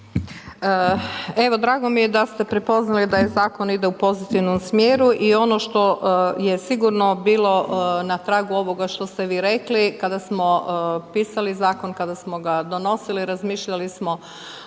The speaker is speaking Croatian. Evo, drago mi je da ste prepoznali da je Zakon ide u pozitivnom smjeru i ono što je sigurno bilo na tragu ovoga što ste vi rekli, kada smo pisali Zakon, kada smo ga donosili, razmišljali smo